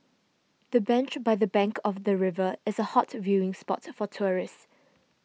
the bench by the bank of the river is a hot viewing spot for tourists